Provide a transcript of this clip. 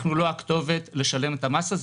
אנחנו לא הכתובת לשלם את המס הזה.